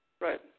Right